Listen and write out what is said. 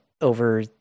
over